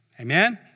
Amen